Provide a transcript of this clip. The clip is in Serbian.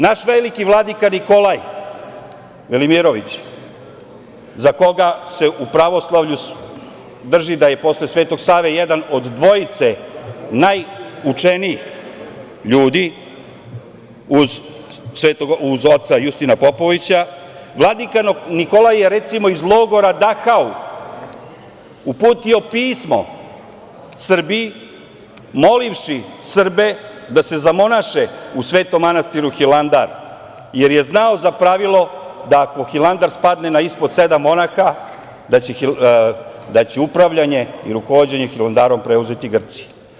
Naš veliki Vladika Nikolaj Velimirović za koga se u pravoslavlju drži da je posle Svetog Save jedan od dvojice najučenijih ljudi uz oca Justina Popovića vladika Nikolaj je iz logora Dahau uputio pismo Srbiji molivši Srbe da se zamonaše u Svetom manastiru Hilandar, jer je znao za pravilo da ako Hilandar spadne na ispod sedam monaha da će upravljanje i rukovođenje Hilandara preuzeti Grci.